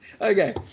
Okay